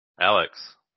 Alex